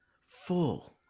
full